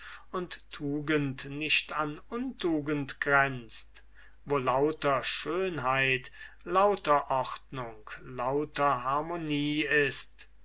und tugend nicht an untugend grenzt wo lauter schönheit lauter ordnung lauter harmonie ist